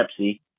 Pepsi